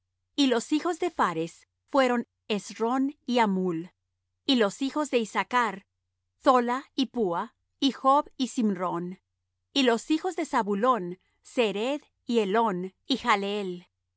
y los hijos de phares fueron hezrón y hamul y los hijos de issachr thola y phua y job y simrón y los hijos de zabulón sered y elón y jahleel